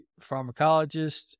pharmacologist